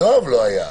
יואב לא היה אז.